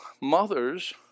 mothers